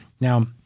Now-